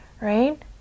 right